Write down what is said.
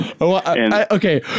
Okay